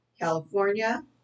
California